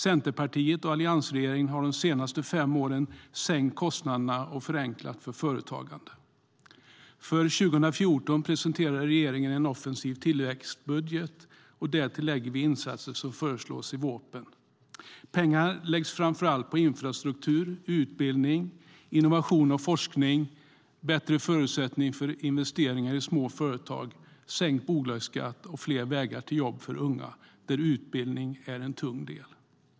Centerpartiet och alliansregeringen har de senaste fem åren sänkt kostnaderna och förenklat för företagande. För 2014 presenterade regeringen en offensiv tillväxtbudget, och därtill lägger vi insatser som föreslås i VÅP:en. Pengarna läggs framför allt på infrastruktur, utbildning, innovation och forskning, bättre förutsättningar för investeringar i små företag, sänkt bolagsskatt och fler vägar till jobb för unga, där utbildning är en tung del.